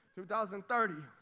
2030